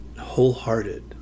wholehearted